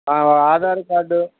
Aadhaar card